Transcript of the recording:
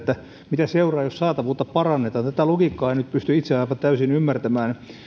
mitä seuraa jos saatavuutta parannetaan tätä logiikkaa en nyt pysty itse aivan täysin ymmärtämään